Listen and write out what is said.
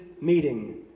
meeting